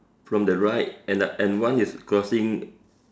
from the right and uh and one is crossing